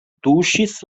tuŝis